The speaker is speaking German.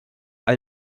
all